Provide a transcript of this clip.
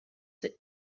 that